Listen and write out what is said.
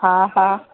हा हा